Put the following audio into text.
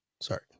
Sorry